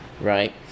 right